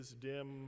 dim